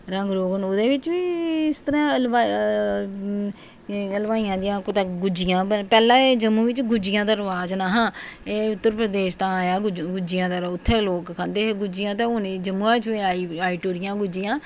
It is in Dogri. रंग हून लोक ओह्दे बिच बी इस तरह् हलवाइयां नेहियां कुतै गुज्जियां पैह्लै एह् जम्मू बेच गुज्जियां दा रवाज नैहा एह् उत्तर प्रदेश दा आया गुज्जियां उत्थै लोक खंदे हे गुज्जियां ते हून जम्मू च बी आई टुरियां गु